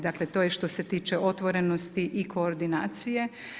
Dakle, to je što se tiče otvorenosti i koordinacije.